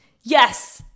Yes